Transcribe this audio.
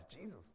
Jesus